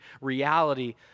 reality